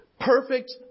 perfect